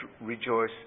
rejoice